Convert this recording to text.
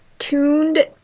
tuned